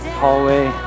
hallway